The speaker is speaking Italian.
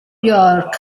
york